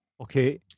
okay